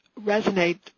resonate